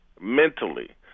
mentally